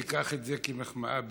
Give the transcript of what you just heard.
אני אקח את זה כמחמאה בלבד.